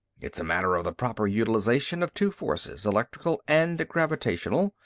it is a matter of the proper utilization of two forces, electrical and gravitational,